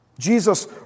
Jesus